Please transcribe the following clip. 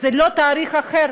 זה לא תאריך אחר.